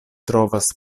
trovas